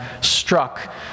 struck